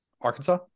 arkansas